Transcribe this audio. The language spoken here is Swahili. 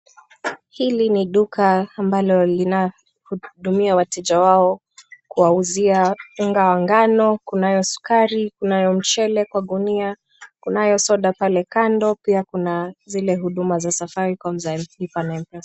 Hili ni duka ambalo linahudumia wateja wao kuwauzia unga ngano, kunayo sukari, kunayo mchele kwa gunia, kunayo soda pale kando pia kuna zile huduma za safaricom za lipa na mpesa.